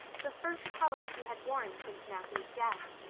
the first color she had worn since matthew's death.